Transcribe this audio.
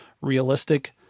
realistic